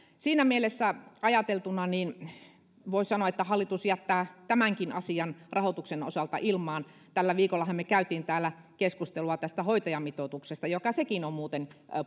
siinä mielessä ajateltuna voi sanoa että hallitus jättää tämänkin asian rahoituksen osalta ilmaan tällä viikollahan me kävimme täällä keskustelua hoitajamitoituksesta joka sekin on muuten